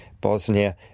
Bosnia